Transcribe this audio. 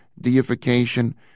deification